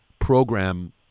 program